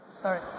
Sorry